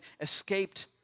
escaped